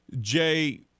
Jay